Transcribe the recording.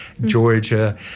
Georgia